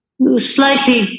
Slightly